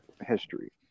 history